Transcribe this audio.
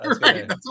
Right